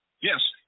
Yes